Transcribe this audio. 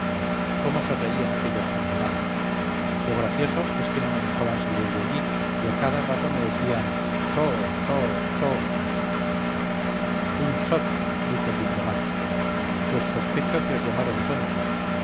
cómo se reían aquellos condenados lo gracioso es que no me dejaban salir de allí y a cada rato me decían so so so un sot dijo el diplomático pues sospecho que os llamaron tonto